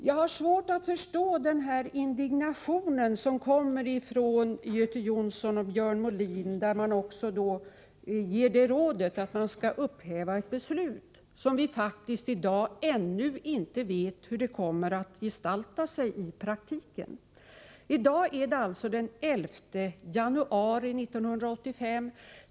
Jag har svårt att förstå den indignation som kommer från Göte Jonsson och Björn Molin. De har också gett rådet att vi skall upphäva ett beslut som vi faktiskt ännu i dag inte vet hur det kommer att gestalta sig i praktiken. I dag är det den 11 januari 1985.